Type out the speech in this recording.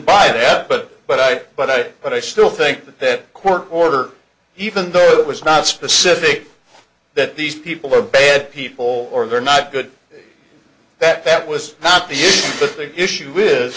by that but but i but i but i still think that court order even though it was not specific that these people are bad people or they're not good that that was not the the issue is